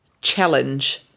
challenge